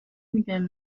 نمیگن